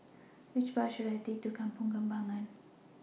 Which Bus should I Take to Kampong Kembangan